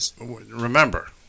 Remember